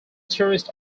tourist